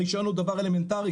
הרישיון הוא דבר אלמנטארי,